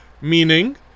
Meaning